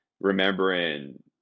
remembering